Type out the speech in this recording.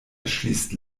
erschließt